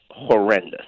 horrendous